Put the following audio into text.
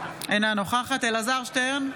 אינה נוכחת אלעזר שטרן,